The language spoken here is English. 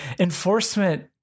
enforcement